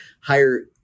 higher